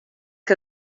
que